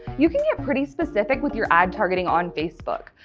you can get pretty specific with your ad targeting on facebook.